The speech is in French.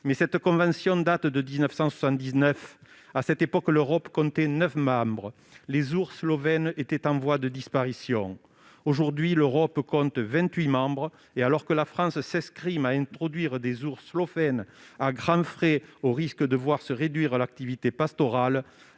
Mais cette convention date de 1979 : à cette époque, l'Europe comptait neuf membres et les ours slovènes étaient en voie de disparition. Aujourd'hui, l'Europe se compose de vingt-huit membres, et alors que la France s'escrime à introduire des ours slovènes à grands frais au risque de voir se réduire l'activité pastorale,